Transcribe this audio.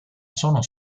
sono